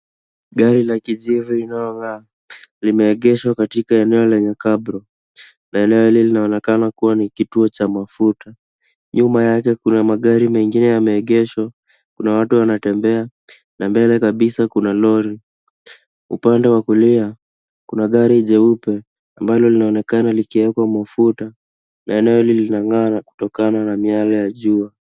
Gari la kijivu inayong'aa limeegeshwa katika eneo lenye cabro na eneo lilioonekana kama kituo cha mafuta. Nyuma yake kuna magari mengine yameegeshwa. Kuna watu wanatembea na mbele kabisa kuna lori. Upande wa kulia kuna gari jeupe ambalo linaonekana likiwekwa mafuta na eneo lililong'aa kutokana na miale ya jua.